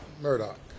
Murdoch